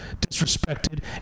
disrespected